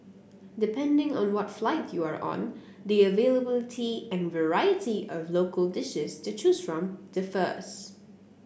depending on what flight you are on the availability and variety of local dishes to choose from differs